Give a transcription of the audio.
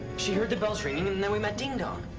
she head the bells ringing and then we met dingdong.